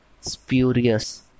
spurious